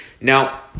Now